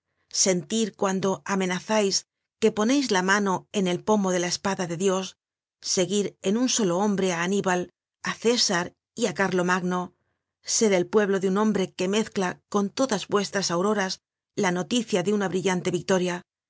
sentir cuando amenazais que poneis la mano en el pomo de la espada de dios seguir en un solo hombre á aníbal á césar y á carlomagno ser el pueblo de un hombre que mezcla con todas vuestras auroras la noticia de una brillante victoria